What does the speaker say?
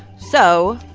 so.